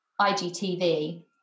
IGTV